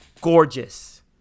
gorgeous